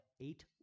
eight